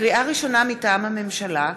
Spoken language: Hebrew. לקריאה ראשונה, מטעם הממשלה: